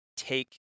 take